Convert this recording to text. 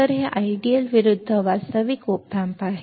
तर हे आदर्श विरुद्ध वास्तविक ऑप एम्प आहे